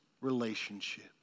relationship